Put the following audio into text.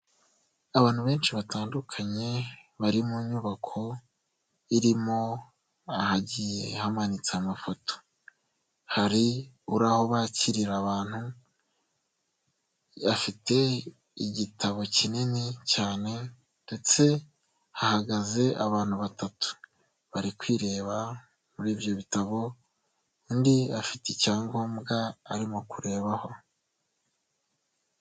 Abantu benshi batandukanye bari mu nyubako irimo ahagiye hamanitse amafoto hari aho bakirira abantu afite igitabo kinini cyane ndetse hahagaze abantu batatu bari kwireba muri ibyo bitabo undi afite icyangombwa arimo kurebaho.